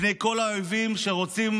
מפני כל האויבים שרוצים